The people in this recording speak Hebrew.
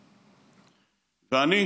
ואני,